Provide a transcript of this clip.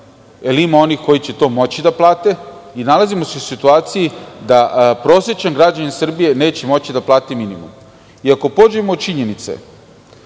jer ima onih koji će to moći da plate i nalazimo se u situaciji da prosečan građanin Srbije neće moći da plati minimum. Ako pođemo od činjenice